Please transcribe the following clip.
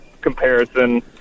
comparison